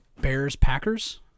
Bears-Packers